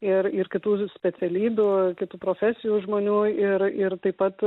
ir ir kitų specialybių kitų profesijų žmonių ir ir taip pat